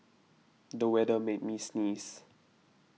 the weather made me sneeze